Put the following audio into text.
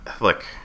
look